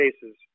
cases